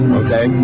okay